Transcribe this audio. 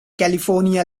california